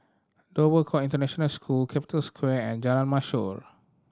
Dover Court International School Capital Square and Jalan Mashor